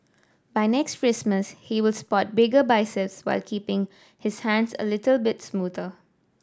by next Christmas he will spot bigger biceps while keeping his hands a little bit smoother